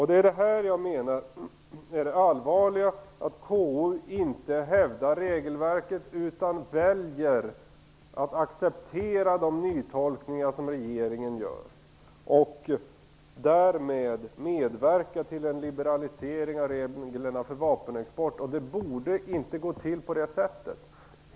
Det är det här som är det allvarliga, att KU inte hävdar regelverket utan väljer att acceptera de nytolkningar som regeringen gör. Därmed medverkar konstitutionsutskottet till en liberalisering av reglerna för vapenexport. Det borde inte gå till på det sättet.